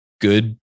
good